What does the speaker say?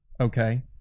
okay